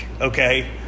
okay